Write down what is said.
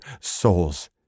souls